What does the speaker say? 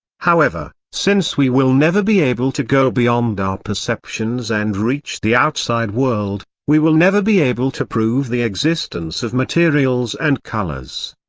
however, since we will never be able to go beyond our perceptions and reach the outside world, we will never be able to prove the existence of materials and colors.